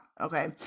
okay